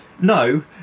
No